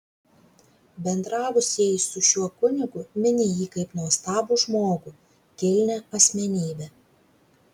bendravusieji su šiuo kunigu mini jį kaip nuostabų žmogų kilnią asmenybę